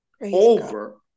over